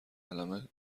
قلمه